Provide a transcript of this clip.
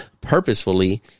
purposefully